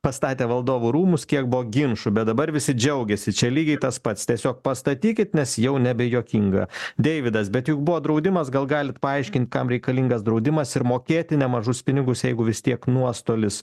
pastatę valdovų rūmus kiek buvo ginčų bet dabar visi džiaugiasi čia lygiai tas pats tiesiog pastatykit nes jau nebejuokinga deividas bet juk buvo draudimas gal galit paaiškint kam reikalingas draudimas ir mokėti nemažus pinigus jeigu vis tiek nuostolis